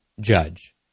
judge